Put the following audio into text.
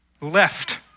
left